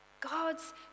God's